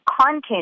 content